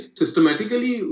systematically